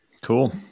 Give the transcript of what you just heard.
Cool